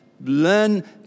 Learn